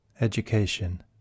Education